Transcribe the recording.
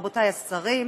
רבותיי השרים,